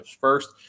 first